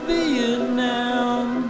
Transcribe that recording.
Vietnam